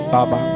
Baba